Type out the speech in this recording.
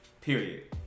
Period